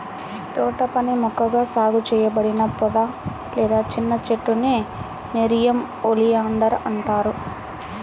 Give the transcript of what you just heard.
తోటపని మొక్కగా సాగు చేయబడిన పొద లేదా చిన్న చెట్టునే నెరియం ఒలియాండర్ అంటారు